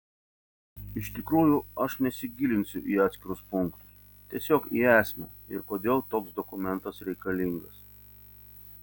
iš tikrųjų aš nesigilinsiu į atskirus punktus tiesiog į esmę ir kodėl toks dokumentas reikalingas